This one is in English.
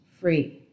free